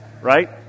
right